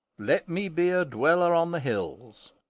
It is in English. let me be a dweller on the hills,